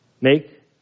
make